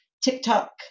TikTok